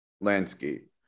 landscape